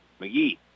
McGee